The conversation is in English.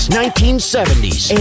1970s